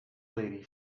lady